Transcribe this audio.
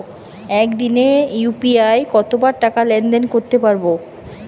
একদিনে ইউ.পি.আই কতবার টাকা লেনদেন করতে পারব?